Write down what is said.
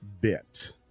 bit